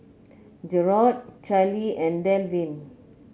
Jerod Charley and Delvin